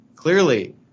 Clearly